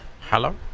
Hello